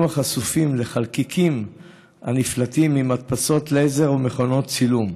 החשופים לחלקיקים הנפלטים ממדפסות לייזר ומכונות צילום.